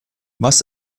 was